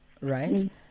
right